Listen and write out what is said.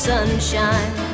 sunshine